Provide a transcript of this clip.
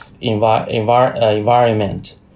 Environment